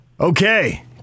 Okay